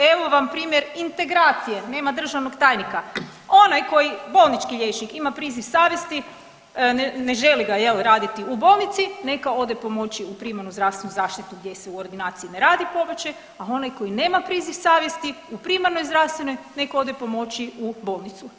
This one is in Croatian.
Evo vam primjer integracije, nema državnog tajnika, onaj koji, bolnički liječnik ima priziv savjesti, ne želi ga jel raditi u bolnici neka ode pomoći u primarnu zdravstvu zaštitu gdje se u ordinaciji ne radi pobačaj, a onaj koji nema priziv savjesti u primarnoj zdravstvenoj nek ode pomoći u bolnicu.